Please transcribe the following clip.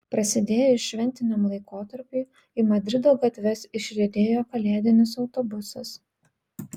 prasidėjus šventiniam laikotarpiui į madrido gatves išriedėjo kalėdinis autobusas